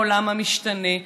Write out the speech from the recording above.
העולם המשתנה.